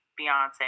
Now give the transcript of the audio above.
Beyonce